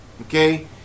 Okay